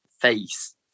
face